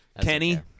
Kenny